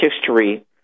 history